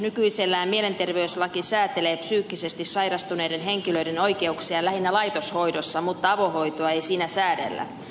nykyisellään mielenterveyslaki säätelee psyykkisesti sairastuneiden henkilöiden oikeuksia lähinnä laitoshoidossa mutta avohoitoa ei siinä säädellä